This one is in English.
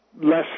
less